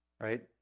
right